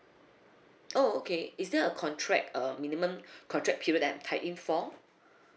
oh okay is there a contract um minimum contact period that I'm tied in for